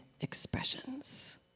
expressions